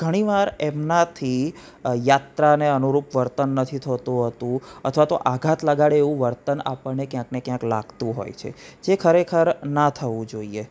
ઘણીવાર એમનાથી યાત્રાને અનુરૂપ વર્તન નથી થતું હોતું અથવા તો આઘાત લગાડે એવું વર્તન આપણને ક્યાંક ને ક્યાંક લાગતું હોય છે જે ખરેખર ના થવું જોઈએ